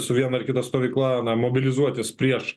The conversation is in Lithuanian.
su viena ar kita stovykla na mobilizuotis prieš